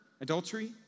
adultery